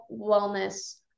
wellness